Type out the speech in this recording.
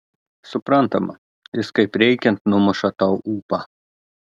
suprantama jis kaip reikiant numuša tau ūpą